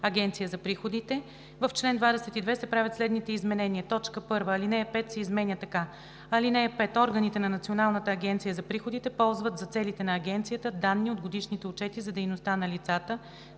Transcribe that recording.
(обн., ДВ, бр. ...) в чл. 22 се правят следните изменения: 1. Алинея 5 се изменя така: „(5) Органите на Националната агенция за приходите ползват за целите на агенцията данни от годишните отчети за дейността на лицата,